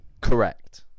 Correct